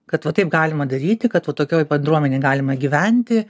kad va taip galima daryti kad va tokioj bendruomenėj galima gyventi